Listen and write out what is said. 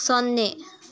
ಸೊನ್ನೆ